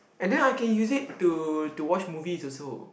and then I can use it to to watch movies also